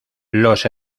los